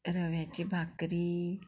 रव्याची भाकरी